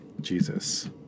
Jesus